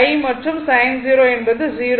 1 மற்றும் sin 0 என்பது 0 ஆகும்